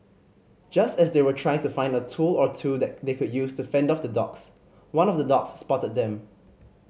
just as they were trying to find a tool or two that they could use to fend off the dogs one of the dogs spotted them